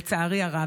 לצערי הרב,